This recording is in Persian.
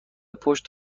پشت